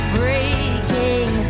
breaking